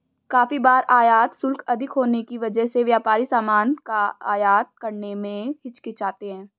काफी बार आयात शुल्क अधिक होने की वजह से व्यापारी सामान का आयात करने में हिचकिचाते हैं